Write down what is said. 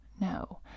no